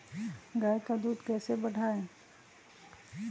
गाय का दूध कैसे बढ़ाये?